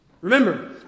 Remember